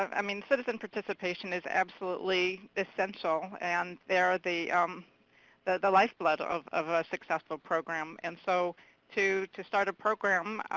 um i mean citizen participation is absolutely essential. and they are um the the lifeblood of of a successful program. and so to to start a program,